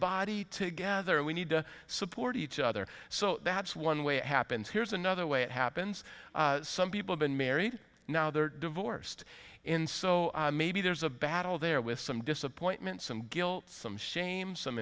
body together and we need to support each other so that's one way it happens here's another way it happens some people been married now they're divorced in so maybe there's a battle there with some disappointments and guilt some shame some